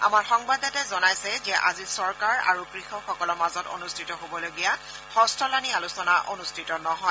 আমাৰ সংবাদদাতাই জনাইছে যে আজি চৰকাৰ আৰু কৃষকসকলৰ মাজত অনুষ্ঠিত হ'বলগীয়া ষষ্ঠলানি আলোচনা অনুষ্ঠিত নহয়